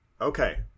Okay